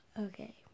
Okay